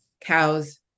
Cows